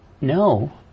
No